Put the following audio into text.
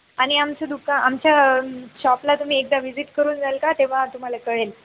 आणि आमचं दुकान आमच्या शॉपला तुम्ही एकदा व्हिजिट करून जाल का तेव्हा तुम्हाला कळेल